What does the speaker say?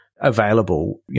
available